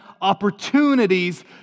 opportunities